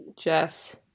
Jess